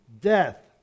death